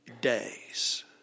days